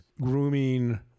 Grooming